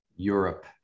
Europe